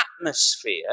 atmosphere